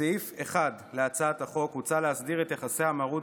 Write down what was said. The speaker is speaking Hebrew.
בסעיף 1 להצעת החוק הוצע להסדיר את יחסי המרות